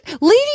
Lady